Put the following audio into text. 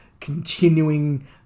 continuing